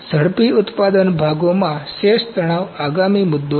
ઝડપી ઉત્પાદન ભાગોમાં શેષ તણાવ આગામી મુદ્દો છે